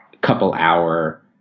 couple-hour